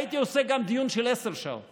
הייתי עושה דיון גם של עשר שעות